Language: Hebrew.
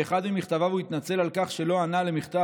באחד ממכתביו הוא התנצל על כך שלא ענה למכתב